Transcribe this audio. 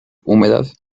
húmedas